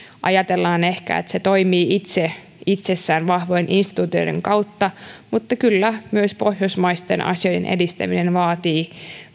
ajatellaan ehkä että se toimii itse itsessään vahvojen instituutioiden kautta mutta kyllä myös pohjoismaisten asioiden edistäminen vaatii